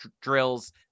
drills